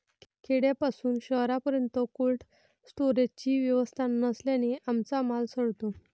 खेड्यापासून शहरापर्यंत कोल्ड स्टोरेजची व्यवस्था नसल्याने आमचा माल सडतो